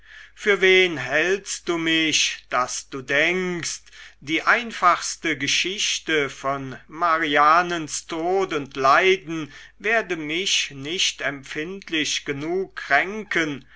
für wen hältst du mich daß du denkst die einfachste geschichte von marianens tod und leiden werde mich nicht empfindlich genug kränken